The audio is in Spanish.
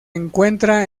encuentra